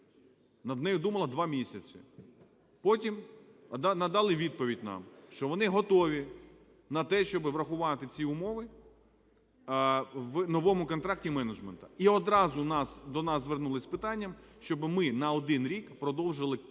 над нею думала 2 місяці, потім надали відповідь нам, що вони готові на те, щоб врахувати ці умови в новому контракті менеджменту. І одразу до нас звернулись з питанням, щоб ми на один рік продовжили,